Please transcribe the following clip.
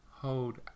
Hold